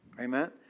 Amen